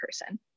person